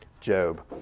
Job